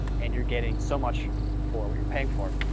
and you're getting so much for what you're paying for.